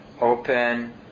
open